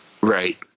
right